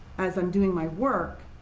as i'm doing my work,